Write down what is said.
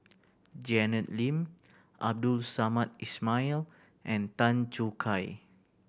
Janet Lim Abdul Samad Ismail and Tan Choo Kai